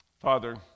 Father